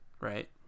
right